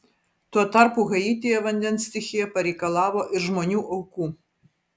tuo tarpu haityje vandens stichija pareikalavo ir žmonių aukų